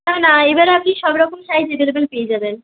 না না এবারে আপনি সব রকম শাড়ি রিজনেবল পেয়ে যাবেন